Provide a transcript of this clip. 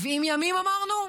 70 ימים אמרנו?